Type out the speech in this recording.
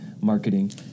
marketing